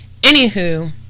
anywho